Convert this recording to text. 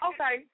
Okay